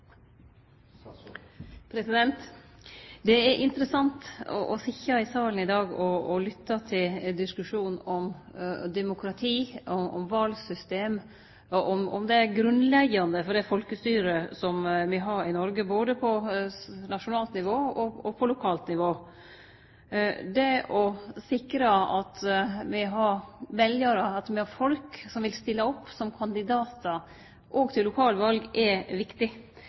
salen i dag og lytte til diskusjonen om demokrati og valsystem, og om det grunnleggjande for det folkestyret som me har i Noreg, både på nasjonalt nivå og på lokalt nivå. Det å sikre at me har folk som vil stille opp som kandidatar òg til lokalval, er viktig.